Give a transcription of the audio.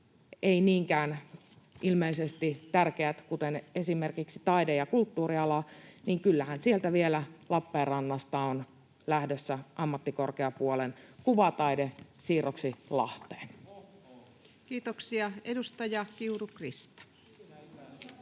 ei niinkään tärkeät alat, kuten esimerkiksi taide‑ ja kulttuuriala: kyllähän sieltä Lappeenrannasta on vielä lähdössä ammattikorkeapuolen kuvataide siirroksi Lahteen. [Tuomas Kettunen: